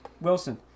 Wilson